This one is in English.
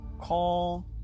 call